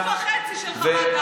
זה עמוד וחצי של חוות דעת.